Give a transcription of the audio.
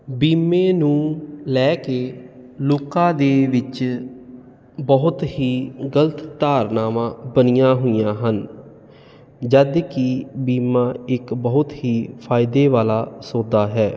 ਬੀਮੇ ਨੂੰ ਲੈ ਕੇ ਲੋਕਾਂ ਦੇ ਵਿੱਚ ਬਹੁਤ ਹੀ ਗਲਤ ਧਾਰਨਾਵਾਂ ਬਣੀਆਂ ਹੋਈਆਂ ਹਨ ਜਦ ਕਿ ਬੀਮਾ ਇੱਕ ਬਹੁਤ ਹੀ ਫਾਇਦੇ ਵਾਲਾ ਸੌਦਾ ਹੈ